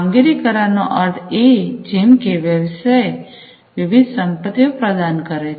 કામગીરી કરાર નો અર્થ એ જેમકે વ્યવસાય વિવિધ સંપત્તિઓ પ્રદાન કરે છે